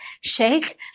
shake